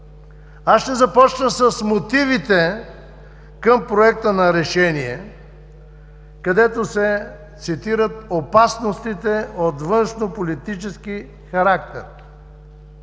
Ще започна с мотивите към Проекта на решение, където се цитират опасностите от външнополитически характер.